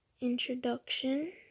introduction